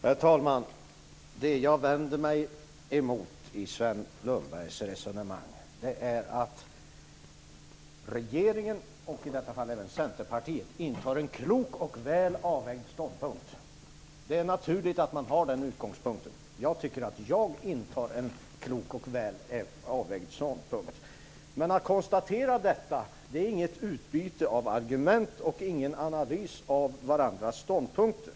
Herr talman! Det är naturligt att Sven Lundberg har som utgångspunkt att regeringen och i detta fall även Centerpartiet intar en klok och väl avvägd ståndpunkt. Jag tycker att jag intar en klok och väl avvägd ståndpunkt. Men att konstatera detta är inget utbyte av argument och ingen analys av de andras ståndpunkter.